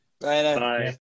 Bye